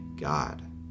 god